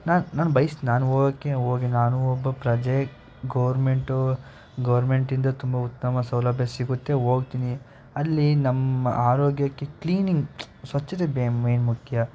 ನಾನು ನಾನು ಬಯಸಿ ನಾನು ಹೋಗೋಕ್ಕೆ ಹೋಗಿ ನಾನು ಒಬ್ಬ ಪ್ರಜೆ ಗೊರ್ಮೆಂಟು ಗೊರ್ಮೆಂಟಿಂದ ತುಂಬ ಉತ್ತಮ ಸೌಲಭ್ಯ ಸಿಗುತ್ತೆ ಹೋಗ್ತಿನಿ ಅಲ್ಲಿ ನಮ್ಮ ಆರೋಗ್ಯಕ್ಕೆ ಕ್ಲೀನಿಂಗ್ ಸ್ವಚ್ಚತೆ ಬೆ ಮೇಯ್ನ್ ಮುಖ್ಯ